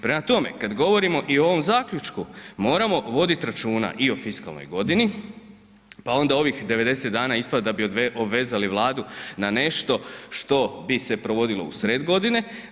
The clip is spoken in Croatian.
Prema tome, kad govorimo i o ovom zaključku, moramo voditi računa i o fiskalnoj godini, pa ovih 90 dana ispada da bi obvezali Vladu na nešto što bi se provodilo u sred godine.